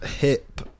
hip